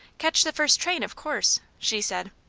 catch the first train, of course, she said.